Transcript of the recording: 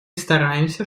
стараемся